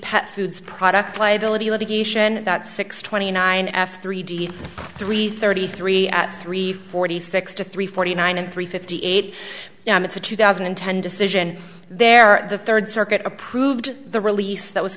pet foods product liability litigation that six twenty nine f three d three thirty three at three forty six to three forty nine and three fifty eight it's a two thousand and ten decision there the third circuit approved the release that was